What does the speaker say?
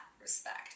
respect